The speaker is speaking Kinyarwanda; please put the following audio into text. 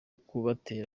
kubatera